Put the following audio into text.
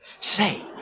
Say